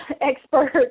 expert